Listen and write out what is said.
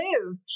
move